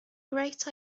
great